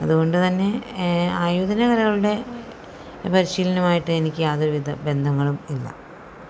അതുകൊണ്ടുതന്നെ ആയോധനകലകളുടെ പരിശീലനമായിട്ട് എനിക്ക് യാതൊരുവിധ ബന്ധങ്ങളും ഇല്ല